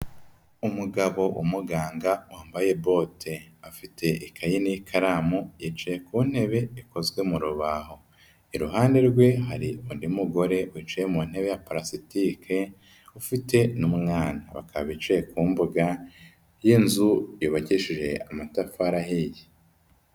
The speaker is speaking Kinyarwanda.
Umugabo w'umuganga wambaye bote, afite ikayi n'ikaramu, yicaye ku ntebe ikozwe mu rubaho, iruhande rwe hari undi mugore wicaye mu ntebe ya parasitike ufite n'umwana, bakaba bicaye ku mbuga y'inzu yubakishije amatafari ahiye.